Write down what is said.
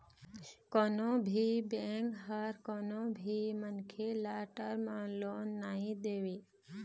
कोनो भी बेंक ह कोनो भी मनखे ल टर्म लोन नइ देवय